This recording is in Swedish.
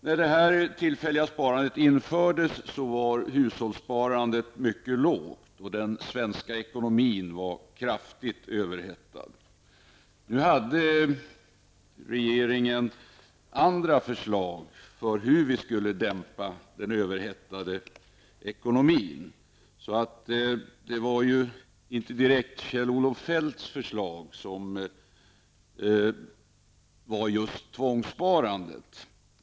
När det tillfälliga sparandet infördes var hushållssparandet mycket lågt. Den svenska ekonomin var kraftigt överhettad. Regeringen hade andra förslag för hur den överhettade ekonomin skulle dämpas. Tvångssparandet var inte direkt Kjell-Olof Feldts förslag.